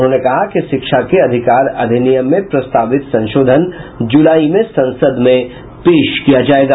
उन्होंने कहा कि शिक्षा के अधिकार अधिनियम में प्रस्तावित संशोधन जुलाई में संसद में पेश किया जायेगा